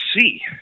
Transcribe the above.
see